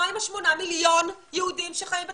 מה עם שמונה המיליונים שחיים בתפוצות?